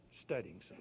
studying